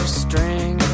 string